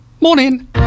morning